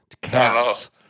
cats